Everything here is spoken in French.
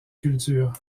culture